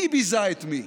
מי ביזה את מי?